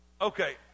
Okay